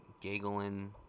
giggling